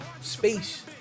space